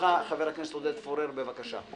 חבר הכנסת עודד פורר, בבקשה.